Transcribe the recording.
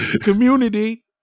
community